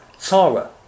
Tara